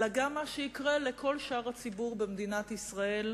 אלא גם מה שיקרה לכל שאר הציבור במדינת ישראל.